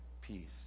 peace